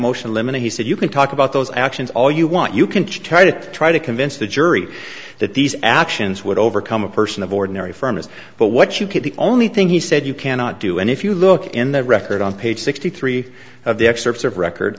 motion limited he said you can talk about those actions all you want you can charge it try to convince the jury that these actions would overcome a person of ordinary firmness but what you could the only thing he said you cannot do and if you look in the record on page sixty three of the excerpts of record